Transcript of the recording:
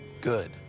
Good